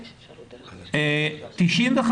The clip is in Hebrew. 95